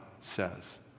says